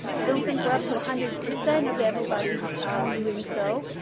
i don't think we're up to a hundred percent of everybody doing so,